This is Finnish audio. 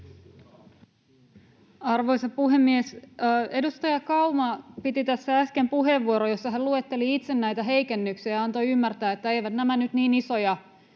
Arvoisa puhemies! Edustaja Kauma piti äsken puheenvuoron, jossa hän luetteli itse näitä heikennyksiä ja antoi ymmärtää, että eivät nämä nyt niin isoja